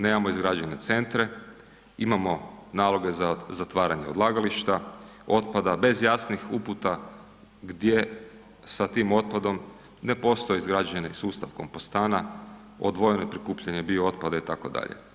Nemamo izrađene centre, imamo naloge za zatvaranje odlagališta, otpada, bez jasnih uputa gdje sa tim otpadom, ne postoji izgrađeni sustav kompostana, odvojeno prikupljanje biootpada itd.